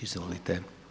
Izvolite.